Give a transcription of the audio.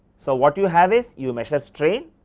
so, what you have is you measure strain,